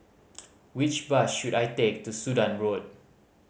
which bus should I take to Sudan Road